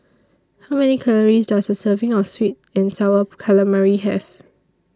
How Many Calories Does A Serving of Sweet and Sour Calamari Have